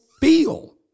feel